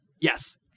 Yes